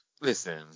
listen